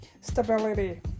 stability